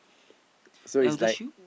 so is like